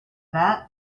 that